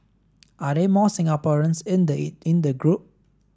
are there more Singaporeans in the in the group